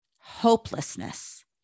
hopelessness